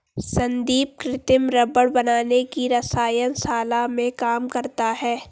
संदीप कृत्रिम रबड़ बनाने की रसायन शाला में काम करता है